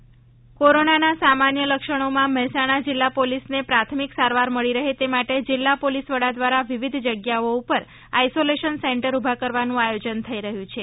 isolation centre કોરોનાના સામાન્ય લક્ષણોમાં મહેસાણા જિલ્લા પોલીસને પ્રાથમિક સારવાર મળી રહે તે માટે જીલ્લા પોલીસ વડા દ્વારા વિવિધ જગ્યાઓ ઉપર આઇસોલેશન સેન્ટર ઉભા કરવાનું આયોજન થઇ રહ્યું છે